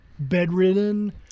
Bedridden